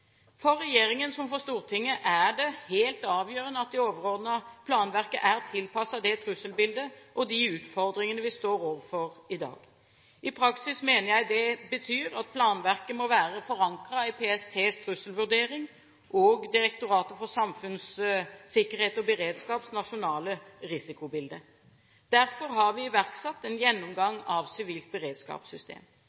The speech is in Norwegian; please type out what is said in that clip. For regjeringen, som for Stortinget, er det helt avgjørende at det overordnede planverket er tilpasset det trusselbildet og de utfordringene vi står overfor i dag. I praksis mener jeg det betyr at planverket må være forankret i PSTs trusselvurdering og Direktoratet for samfunnssikkerhet og beredskaps nasjonale risikobilde. Derfor har vi iverksatt en